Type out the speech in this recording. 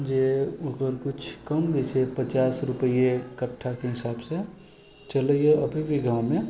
जे ओकर कुछ कम जइसे पचास रुपैआ कठ्ठाके हिसाबसँ चलैया अभी भी गाँवमे